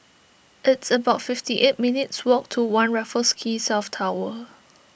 it's about fifty eight minutes' walk to one Raffles Quay South Tower